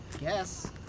Yes